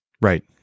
Right